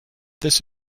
this